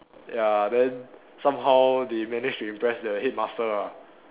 ya then somehow they manage to impress the headmaster ah